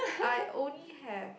I only have